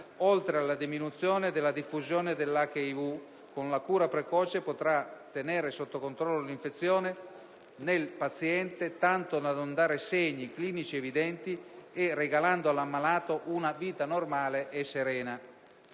oltre alla diminuzione della diffusione dell'HIV, con la cura precoce si potrà tenere sotto controllo l'infezione nel paziente, tanto da non dare segni clinici evidenti e regalando al malato una vita normale e serena.